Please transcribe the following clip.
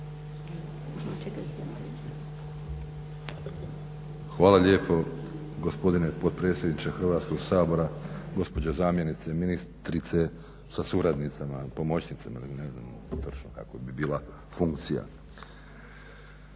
Hvala lijepo gospodine potpredsjedniče Hrvatskog sabora. Gospođo zamjenice ministrice sa suradnicama, pomoćnicama. Evo uglavnom da vidjeti da